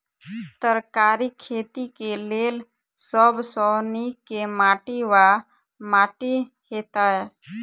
तरकारीक खेती केँ लेल सब सऽ नीक केँ माटि वा माटि हेतै?